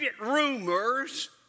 rumors